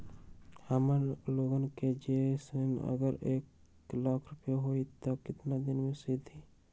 हमन लोगन के जे ऋन अगर एक लाख के होई त केतना दिन मे सधी?